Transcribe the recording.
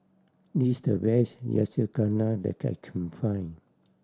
this is the best Yakizakana that I can find